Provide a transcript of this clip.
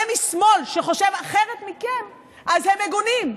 משמאל שחושב אחרת מכם אז הם מגונים,